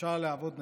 אפשר לעבוד נקי.